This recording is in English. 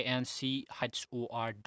Anchor